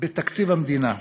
בתקציב המדינה,